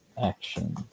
Action